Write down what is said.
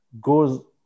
goes